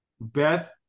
Beth